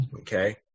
Okay